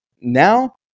Now